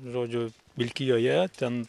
žodžiu vilkijoje ten